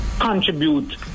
contribute